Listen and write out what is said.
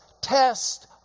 test